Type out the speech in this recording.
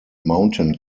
mountain